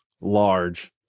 large